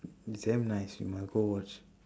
it's damn nice you must go watch